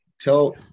tell